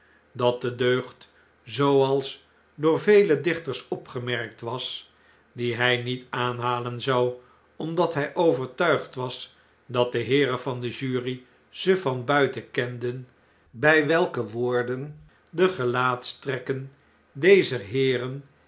dat de deugd zooals door vele dichters opgemerkt was die hij niet aanhalen zou omdat hjj overtuigd was dat de heeren van de jury ze van buiten kenden bjj welke woorden de gelaatstrekken dezer heeren